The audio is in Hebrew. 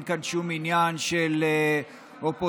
אין כאן שום עניין של אופוזיציה,